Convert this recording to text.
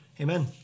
Amen